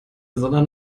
sondern